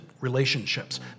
relationships